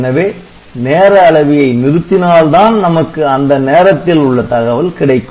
எனவே நேர அளவியை நிறுத்தினால் தான் நமக்கு அந்த நேரத்தில் உள்ள தகவல் கிடைக்கும்